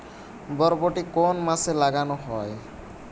বরবটি কোন মাসে লাগানো হয়?